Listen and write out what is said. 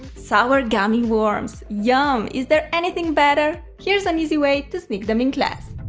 sour gummy worms! yum is there anything better! here's an easy way to sneak them in class!